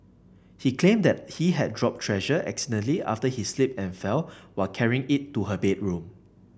he claimed that he had dropped Treasure accidentally after he slipped and fell while carrying it to her bedroom